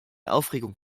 aufregung